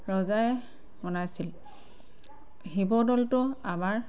ৰজাই বনাইছিল শিৱদৌলটো আমাৰ